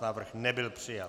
Návrh nebyl přijat.